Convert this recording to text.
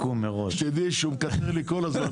שתדעי שהוא מקטר לי כל הזמן,